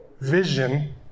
vision